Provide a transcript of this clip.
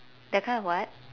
they're kind of what